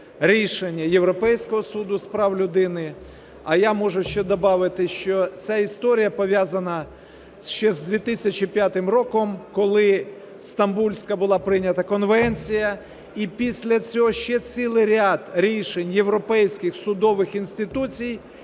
рішення Європейського суду з прав людини, а я можу ще добавити, що ця історія пов'язана ще з 2005 роком, коли Стамбульська була прийнята конвенція, і після цього ще цілий ряд рішень європейських судових інституцій,